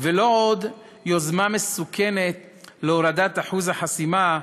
ולא עוד יוזמה מסוכנת להורדת אחוז החסימה,